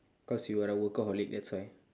because you are a workaholic that's why